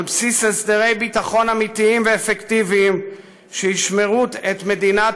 על בסיס הסדרי ביטחון אמיתיים ואפקטיביים שישמרו את מדינת